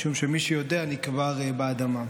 משום שמי שיודע נקבר באדמה.